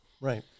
Right